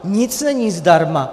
Nic není zdarma!